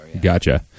Gotcha